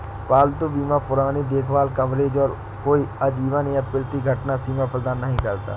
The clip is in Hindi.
पालतू बीमा पुरानी देखभाल कवरेज और कोई आजीवन या प्रति घटना सीमा प्रदान नहीं करता